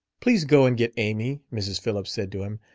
please go and get amy, mrs. phillips said to him.